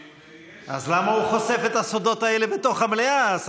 אז למה הוא חושף את הסודות האלה בתוך המליאה?